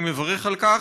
ואני מברך על כך.